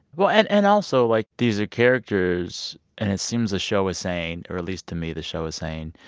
well and and also, like, these are characters, and it seems the show was saying or at least to me the show was saying,